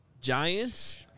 Giants